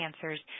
cancers